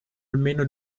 almeno